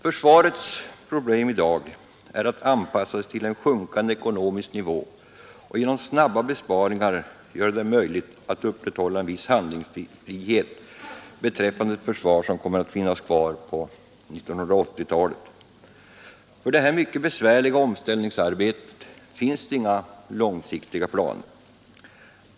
Försvarets problem i dag är att anpassa sig till en sjunkande ekonomisk nivå och att genom snabba besparingar göra det möjligt att upprätthålla en viss handlingsfrihet beträffande det försvar som kommer att finnas kvar på 1980-talet. För detta mycket besvärliga omställningsarbete finns det inga långsiktiga planer.